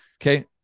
okay